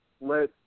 let